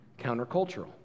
countercultural